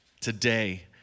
today